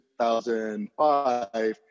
2005